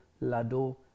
lado